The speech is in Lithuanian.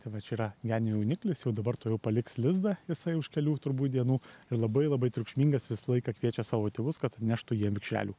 tai va čia yra genio jauniklis jau dabar tuojau paliks lizdą jisai už kelių turbūt dienų ir labai labai triukšmingas visą laiką kviečia savo tėvus kad neštų jiem vikšrelių